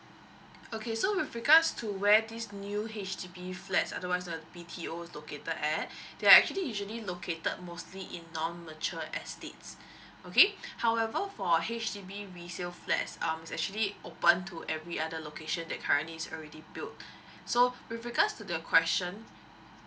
okay so with regards to where these new H_D_B flats otherwise uh B_T_O located at they are actually usually located mostly in non mature estates okay however for H_D_B resale flat as um is actually open to every other location that currently is already built so with regards to the question